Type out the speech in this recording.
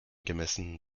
gemessen